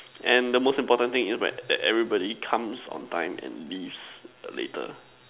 and the most important thing is when everybody comes on time and leaves later